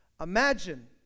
Imagine